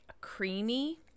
creamy